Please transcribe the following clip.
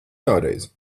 vēlreiz